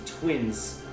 twins